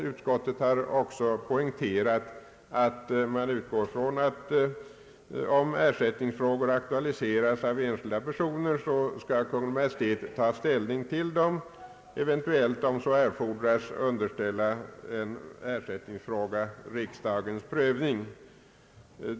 Utskottet har också poängterat att man utgår från att om ersättningsfrågor aktualiseras av enskilda personer skall Kungl. Maj:t ta ställning till dem, eventuellt om så erfordras underställa en sådan fråga riksdagens prövning.